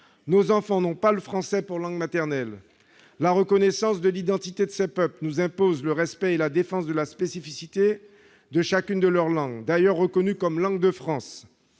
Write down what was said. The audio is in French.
nos enfants n'ont pas le français pour langue maternelle. La reconnaissance de l'identité de ces peuples nous impose le respect et la défense de la spécificité de chacune de leurs langues, qui sont d'ailleurs reconnues comme langues de France.